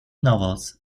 novels